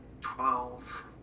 Twelve